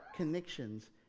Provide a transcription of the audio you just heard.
connections